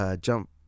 Jump